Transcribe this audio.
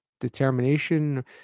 determination